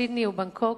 סידני ובנגקוק.